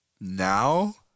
Now